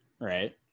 Right